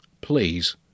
Please